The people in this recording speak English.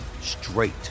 straight